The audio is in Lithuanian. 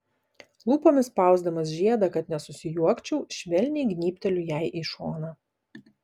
lūpomis spausdamas žiedą kad nesusijuokčiau švelniai gnybteliu jai į šoną